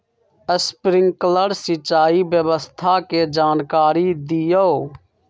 Sprinkler सिंचाई व्यवस्था के जाकारी दिऔ?